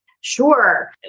Sure